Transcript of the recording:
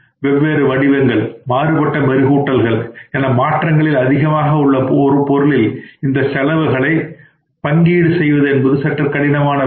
வெவ்வேறு வடிவங்கள் மாறுபட்ட மெருகூட்டுதல்கள் என மாற்றங்களில் அதிகமாக உள்ள ஒரு பொருளில் இந்த செலவுகளை பங்கீடு செய்வது என்பது சற்று கடினமான வேலை